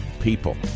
people